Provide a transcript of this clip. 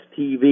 TV